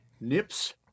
Nips